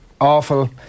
awful